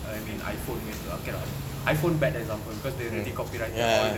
I mean iphone punya itu okay lah no I mean iphone bad examples because they already copyrighted all the